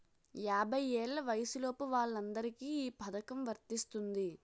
యాభై ఏళ్ల వయసులోపు వాళ్ళందరికీ ఈ పథకం వర్తిస్తుంది